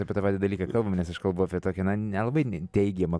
apie tą patį dalyką kalbam nes aš kalbu apie tokią na nelabai teigiamą